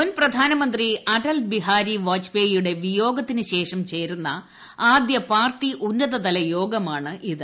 മുൻ പ്രധാനമന്ത്രി അടൽ ബിഹാരി വാജ്പേയിയുടെ വിയോഗത്തിന് ശേഷം ചേരുന്ന ആദ്യ പാർട്ടി ഉന്നതതല യോഗമാണിത്